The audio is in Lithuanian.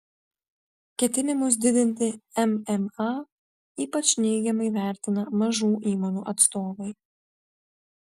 ketinimus didinti mma ypač neigiamai vertina mažų įmonių atstovai